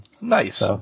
Nice